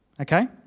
okay